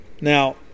Now